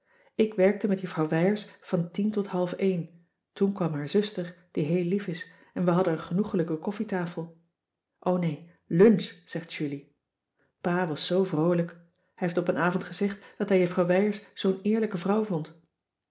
ik werkte met juffrouw wijers van tien tot half een toen kwam haar zuster die heel lief is en we hadden een genoegelijke koffietafel o nee lunch zegt julie pa was zoo vroolijk hij heeft op een avond gezegd dat hij juffrouw wijers zoo'n eerlijke vrouw vond